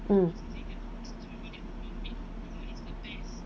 mm